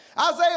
Isaiah